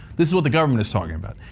this is what the government is talking about.